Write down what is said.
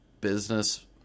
business